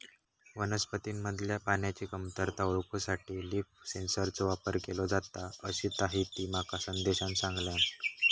वनस्पतींमधल्या पाण्याची कमतरता ओळखूसाठी लीफ सेन्सरचो वापर केलो जाता, अशीताहिती माका संदेशान सांगल्यान